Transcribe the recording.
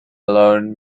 alone